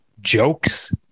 jokes